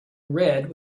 red